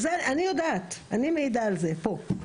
אני יודעת, אני מעידה על זה פה.